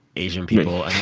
asian people.